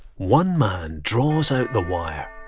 one man draws out the wire,